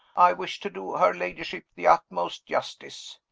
i wish to do her ladyship the utmost justice.